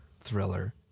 thriller